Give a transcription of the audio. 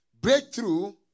Breakthrough